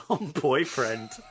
boyfriend